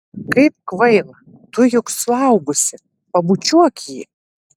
kaip kvaila tu juk suaugusi pabučiuok jį